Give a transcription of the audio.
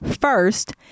First